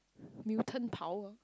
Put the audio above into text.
mutant power